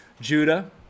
Judah